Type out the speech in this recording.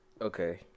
Okay